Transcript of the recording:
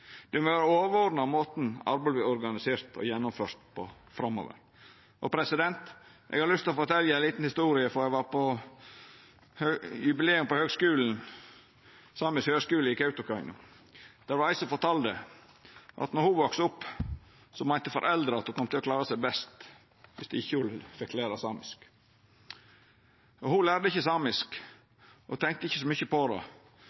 må vera overordna måten arbeidet vert organisert og gjennomført på framover. Eg har lyst til å fortelja ei lita historie frå då eg var på eit jubileum på Samisk høgskole i Kautokeino. Det var ei som fortalde at då ho vaks opp, meinte foreldra at ho kom til å klara seg best dersom ho ikkje fekk læra samisk. Ho lærte ikkje samisk og tenkte ikkje så mykje på det.